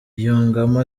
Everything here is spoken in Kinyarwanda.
yungamo